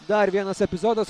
dar vienas epizodas